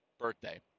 birthday